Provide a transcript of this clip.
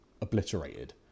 obliterated